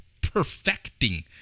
perfecting